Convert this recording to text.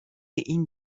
این